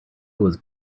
was